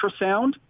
ultrasound